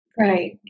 Right